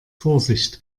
vorsicht